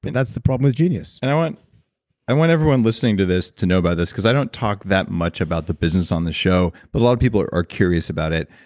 but that's the problem with genius i want i want everyone listening to this to know about this, because i don't talk that much about the business on the show, but a lot of people are are curious about it.